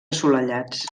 assolellats